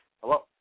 Hello